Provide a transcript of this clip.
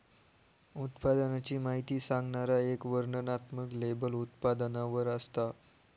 उत्पादनाची माहिती सांगणारा एक वर्णनात्मक लेबल उत्पादनावर असता